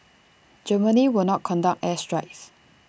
Germany will not conduct air strikes